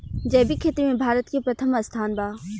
जैविक खेती में भारत के प्रथम स्थान बा